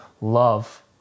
love